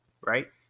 right